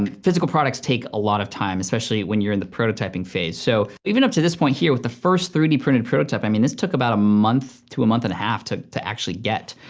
physical products take a lot of time, especially when you're in the prototyping phase. so even up to this point here with the first three d printed prototype, i mean this took about a month to a month and a half to to actually get.